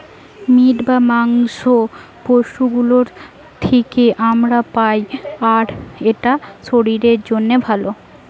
meet বা মাংস পশু গুলোর থিকে আমরা পাই আর এটা শরীরের জন্যে ভালো